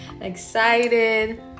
excited